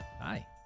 Hi